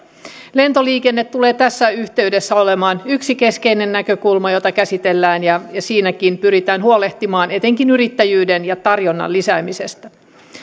lentoliikenne tulee tässä yhteydessä olemaan yksi keskeinen näkökulma jota käsitellään ja ja siinäkin pyritään huolehtimaan etenkin yrittäjyyden ja tarjonnan lisäämisestä